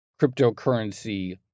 cryptocurrency